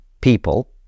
people